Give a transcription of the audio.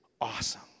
awesome